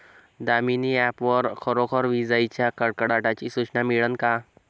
Damini app वर खरोखर विजाइच्या कडकडाटाची सूचना मिळन का?